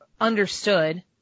understood